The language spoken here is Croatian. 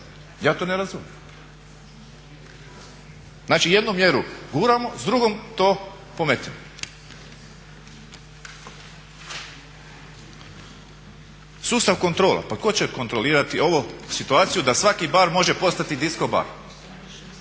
Ja to ne razumijem. Znači jednu mjeru guramo, s drugom to pometemo. Sustav kontrola, pa tko će otkontrolirati ovu situaciju da svaki bar može postati disco bar